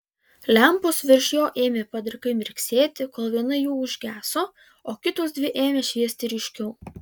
lempos virš jo ėmė padrikai mirksėti kol viena jų užgeso o kitos dvi ėmė šviesti ryškiau